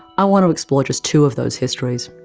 i want to explore just two of those histories,